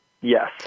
Yes